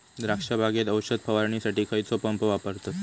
द्राक्ष बागेत औषध फवारणीसाठी खैयचो पंप वापरतत?